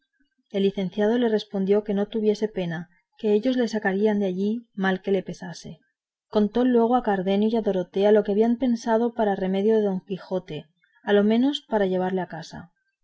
el licenciado le respondió que no tuviese pena que ellos le sacarían de allí mal que le pesase contó luego a cardenio y a dorotea lo que tenían pensado para remedio de don quijote a lo menos para llevarle a su casa